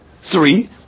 three